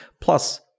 Plus